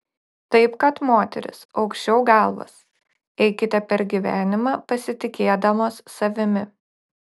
taip kad moterys aukščiau galvas eikite per gyvenimą pasitikėdamos savimi